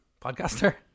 podcaster